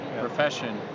profession